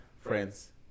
friends